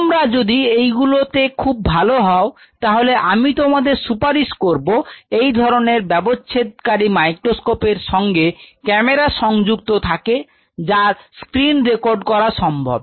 তোমরা যদি এই গুলো তে খুব ভালো হও তাহলে আমি তোমাদের সুপারিশ করব এই ধরনের ব্যবচ্ছেদ কারী মাইক্রোস্কোপ এর সঙ্গে ক্যামেরা সংযুক্ত থাকে যা স্ক্রিন রেকর্ড করা সম্ভব